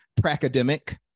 Pracademic